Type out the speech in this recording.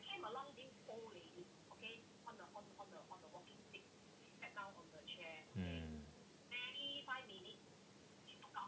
mm